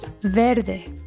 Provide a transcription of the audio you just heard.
Verde